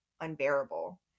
unbearable